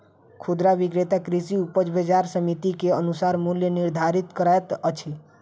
खुदरा विक्रेता कृषि उपज बजार समिति के अनुसार मूल्य निर्धारित करैत अछि